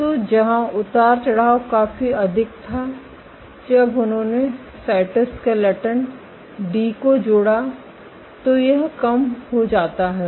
तो जहां उतार चढ़ाव काफी अधिक था जब उन्होंने साइटोस्केलेटन डी को जोड़ा तो यह कम हो जाता है